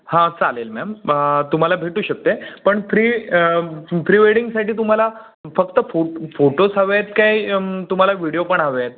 हा चालेल मॅम तुम्हाला भेटू शकतं आहे पण फ्री फ्री वेडिंगसाठी तुम्हाला फक्त फो फोटोच हवे आहेत काय तुम्हाला व्हिडीओ पण हवे आहेत